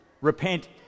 Repent